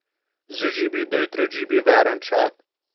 زٕ G B دۄیہِ تٕرٛہ جی بی ویرنٹ چھُ اَتھ